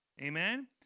Amen